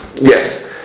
Yes